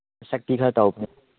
ꯁꯛꯇꯤ ꯈꯔ ꯇꯧꯕꯅꯦ